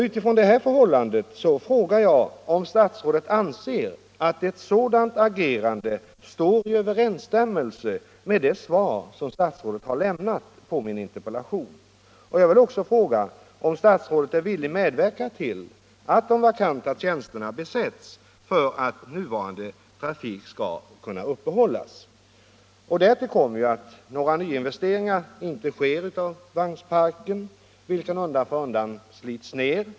Utifrån detta förhållande frågar jag om statsrådet anser att ett sådant agerande står i överensstämmelse med det svar som statsrådet har lämnat på min interpellation. Därtill kommer att några nyinvesteringar inte görs i vagnparken, vilken undan för undan slits ned.